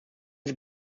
sie